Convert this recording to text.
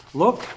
look